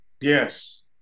Yes